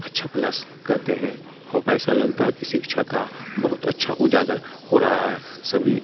अच्छा क्लास करते हैं हाँ पैसा लगता है कि शिक्षा का बहुत अच्छा उजागर हो रहा है सभी